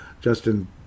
Justin